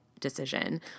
decision